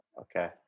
Okay